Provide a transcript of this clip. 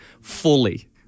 fully